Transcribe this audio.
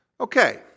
Okay